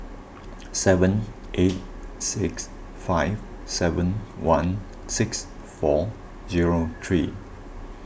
seven eight six five seven one six four zero three